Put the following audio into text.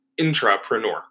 intrapreneur